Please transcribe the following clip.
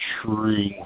true